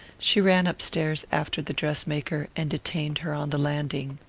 she ran upstairs after the dress-maker and detained her on the landing.